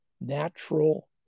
natural